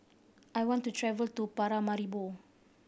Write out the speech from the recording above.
I want to travel to Paramaribo